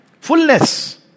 Fullness